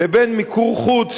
ובין מיקור חוץ,